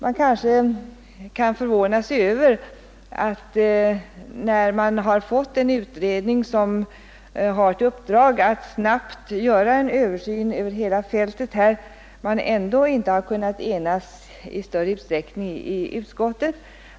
Man kanske kan förvåna sig över att utskottet, när en utredning tillsatts med uppdrag att snabbt göra en översyn över hela fältet, ändå inte har kunnat enas i större utsträckning.